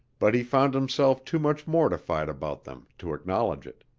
but he found himself too much mortified about them to acknowledge it.